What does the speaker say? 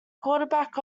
quarterback